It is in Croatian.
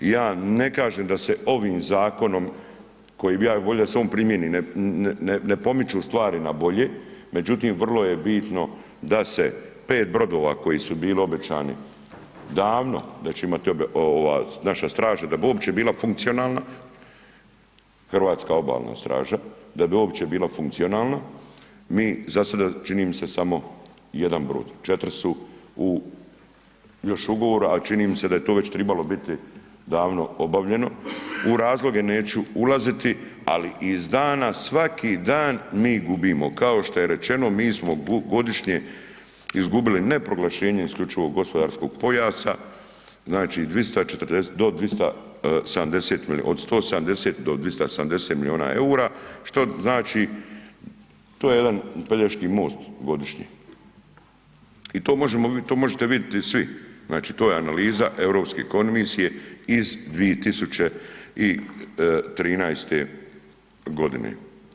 I ja ne kažem da se ovim zakonom, koji bi ja volio da se on primjeni, ne pomiču stvari na bolje, međutim vrlo je bitno da se 5 brodova koji su bili obećani, davno da će imati naša straža da bi uopće bila funkcionalna, Hrvatska obalna straža, da bi uopće bila funkcionalna, mi za sada čini mi se samo jedan brod, četiri su u još u ugovoru ali čini mi se da je to već trebalo biti davno obavljeno, u razloge neću ulaziti ali iz dana svaki dan mi gubimo, kao što je rečeno, mi smo godišnje izgubili ne proglašenje isključivog gospodarskog pojasa, znači 240 do 270, od 170 do 270 milijuna eura što znači to je jedan Pelješki most godišnje i to možete vidjeti svi, znači to je analiza Europske komisije iz 2013. godine.